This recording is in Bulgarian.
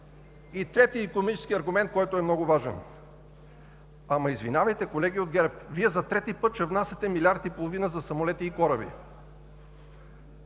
Третият икономически аргумент, който е много важен. Извинявайте, колеги от ГЕРБ, за трети път ще внасяте милиард и половина за самолети и кораби.